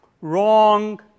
wrong